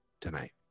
tonight